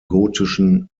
gotischen